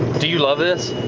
do you love this?